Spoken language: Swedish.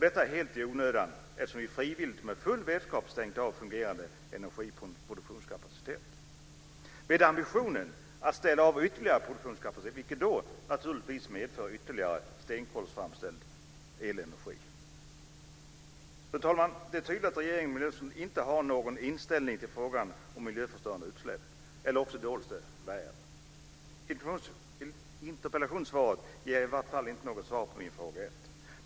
Detta sker helt i onödan eftersom vi frivilligt och med full vetskap stängt av fungerande energiproduktionskapacitet. Ambitionen att ställa av ytterligare produktionskapacitet medför naturligtvis ytterligare stenkolsframställd elenergi. Fru talman! Det är tydligt att regeringen och miljöministern inte har någon inställning till frågan om miljöförstörande utsläpp eller också döljs det väl. Interpellationssvaret ger i vart fall inte något svar på min första fråga.